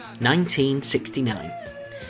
1969